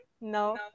No